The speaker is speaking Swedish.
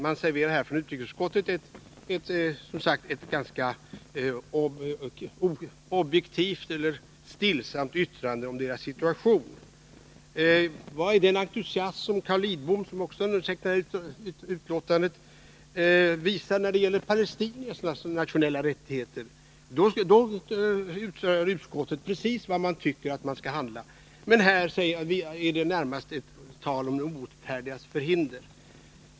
Man serverar från utrikesutskottets sida ett ganska objektivt eller stillsamt uttalande om kurdernas situation. Var är den entusiasm som Carl Lidbom — som också har undertecknat betänkandet — visar när det gäller palestiniernas nationella rättigheter? Då uttalar utskottet precis hur det tycker att man skall handla. Men här är det närmast fråga om de obotfärdigas förhinder.